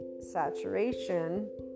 saturation